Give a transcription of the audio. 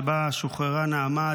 ובה שוחררו נעמה,